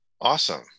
Awesome